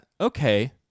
okay